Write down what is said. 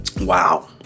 Wow